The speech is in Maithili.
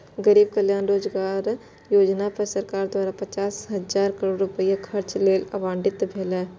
गरीब कल्याण रोजगार योजना पर सरकार द्वारा पचास हजार करोड़ रुपैया खर्च लेल आवंटित भेलै